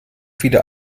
viele